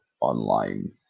online